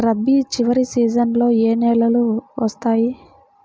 రబీ చివరి సీజన్లో ఏ నెలలు వస్తాయి?